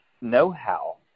know-how